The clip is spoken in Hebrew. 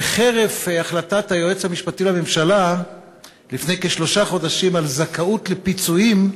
וחרף החלטת היועץ המשפטי לממשלה לפני כשלושה חודשים על זכאות לפיצויים,